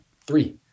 three